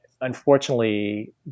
unfortunately